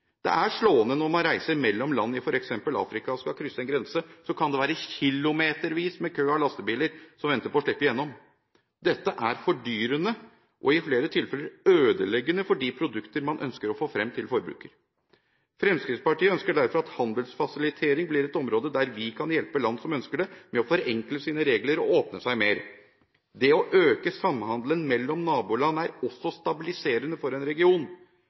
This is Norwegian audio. Det er slående at når man reiser mellom land i f.eks. Afrika og skal krysse en grense, kan det være kilometervis med kø av lastebiler som venter på å slippe igjennom. Dette er fordyrende og i flere tilfeller ødeleggende for de produkter man ønsker å få frem til forbruker. Fremskrittspartiet ønsker derfor at handelsfasilitering blir et område der vi kan hjelpe land som ønsker det, med å forenkle sine regler og åpne seg mer. Det å øke samhandelen mellom naboland er også stabiliserende for en region.